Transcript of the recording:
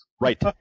Right